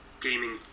gaming